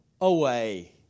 away